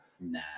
Nah